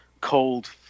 cold